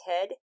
Ted